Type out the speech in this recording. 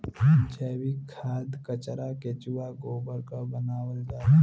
जैविक खाद कचरा केचुआ गोबर क बनावल जाला